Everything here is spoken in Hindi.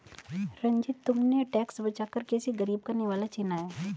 रंजित, तुमने टैक्स बचाकर किसी गरीब का निवाला छीना है